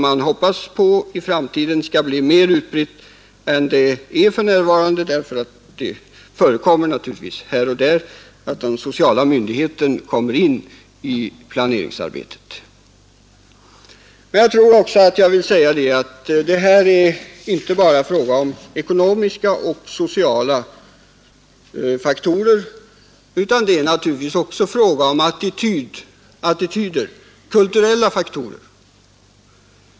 Jag hoppas det skall bli en ändring av detta i framtiden. Det är inte bara en fråga om ekonomiska och sociala faktorer utan naturligtvis också en fråga om attityder och kulturella faktorer.